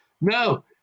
No